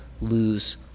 lose